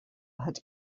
had